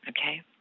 okay